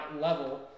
level